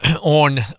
on